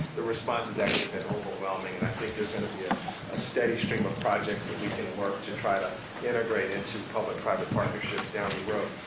the response has actually been overwhelming, and i think there's going to be a steady stream of projects that we can work to try to integrate and public private partnerships down the road.